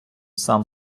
сам